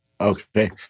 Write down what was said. Okay